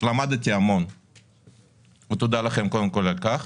מה כל כך